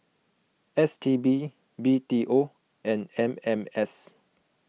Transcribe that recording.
S T B B T O and M M S